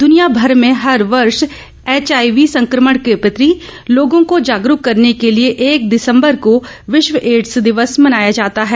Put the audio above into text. दुनिया भर में हर वर्ष एचआईवी सकंमण के प्रति लोगों को जागरूक करने के लिए एक दिसम्बर को विश्व एड्स दिवस मनाया जाता है